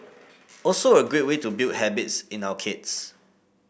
also a great way to build habits in our kids